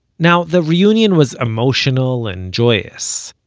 now the reunion was emotional and joyous.